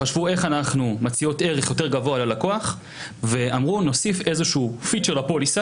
חשבו איך הן מציעות ערך יותר גבוה ללקוח ואמרו שנוסיף פיצ'ר לפוליסה